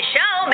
Show